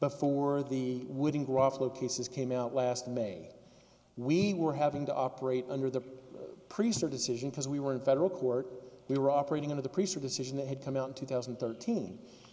before the wooden groff focusses came out last may we were having to operate under the priest or decision because we were in federal court we were operating under the priest decision that had come out in two thousand and thirteen the